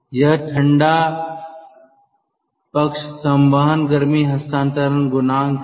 यह ठंडा पक्ष संवहन गर्मी हस्तांतरण गुणांक है